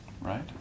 Right